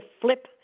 flip